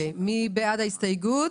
מי בעד ההסתייגות?